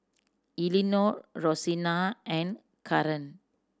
Elinore Rosina and Karan